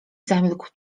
zamilkł